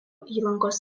įlankos